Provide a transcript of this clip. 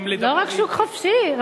לא רק שוק חופשי.